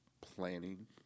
planning